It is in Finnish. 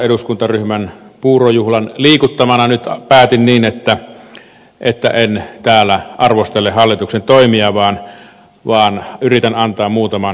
eduskuntaryhmän puurojuhlan liikuttamana nyt päätin niin että en täällä arvostele hallituksen toimia vaan yritän antaa muutaman ilmaisen vinkin